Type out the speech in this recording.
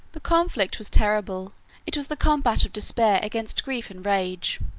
the conflict was terrible it was the combat of despair against grief and rage.